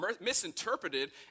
misinterpreted